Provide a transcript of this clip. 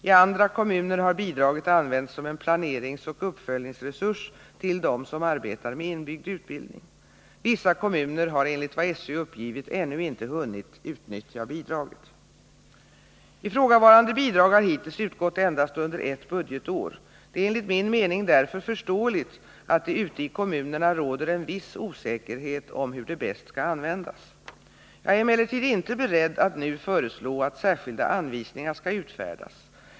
I andra kommuner har bidraget använts som en planeringsoch uppföljningsresurs till dem som arbetar med inbyggd utbildning. Vissa kommuner har enligt vad sÖ uppgivit ännu inte hunnit utnyttja bidraget. Ifrågavarande bidrag har hittills utgått endast under ett budgetår. Det är enligt min mening därför förståeligt att det ute i kommunerna råder en viss osäkerhet om hur det bäst skall användas. Jag är emellertid inte beredd att nu föreslå att särskilda anvisningar skall utfärdas.